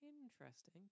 interesting